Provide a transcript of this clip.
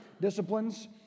disciplines